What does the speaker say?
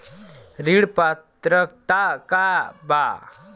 ऋण पात्रता का बा?